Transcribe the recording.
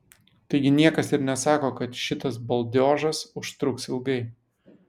taigi niekas ir nesako kad šitas baldiožas užtruks ilgai